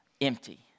empty